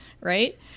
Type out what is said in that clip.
right